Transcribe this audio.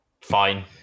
Fine